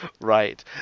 Right